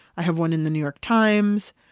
i have one in the new york times.